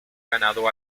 ganado